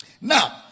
Now